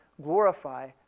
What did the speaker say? glorify